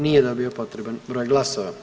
Nije dobio potreban broj glasova.